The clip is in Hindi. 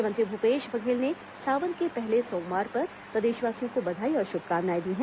मुख्यमंत्री भूपेश बघेल ने सावन के पहले सोमवार पर प्रदेशवासियों को बधाई और शुभकामनाएं दी हैं